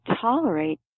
tolerate